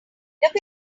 look